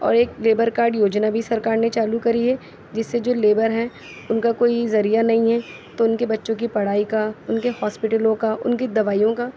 اور ایک labour card یوجنا بھی سرکار نے چالو کری ہے جس سے جو لیبر ہیں ان کا کوئی ذریعہ نہیں ہے تو ان کے بچوں کی پڑھائی کا ان کے ہاسپٹلوں کا ان کی دوائیوں کا